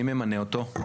מי ממנה אותו?